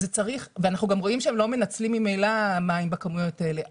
אנחנו גם רואים שהם לא מנצלים ממילא מים בכמויות האלה.